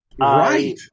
Right